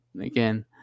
Again